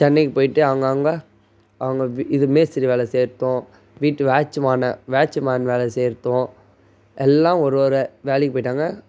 சென்னைக்கு போய்ட்டு அவங்கவுங்க அவங்க இது மேஸ்திரி வேலை செய்கிறதும் வீட்டு வாட்ச்மான்னு வாட்ச்மேன் வேலை செய்கிறதும் எல்லாம் ஒரு ஒரு வேலைக்கு போய்ட்டாங்க